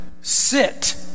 sit